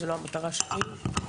זאת לא המטרה שלי.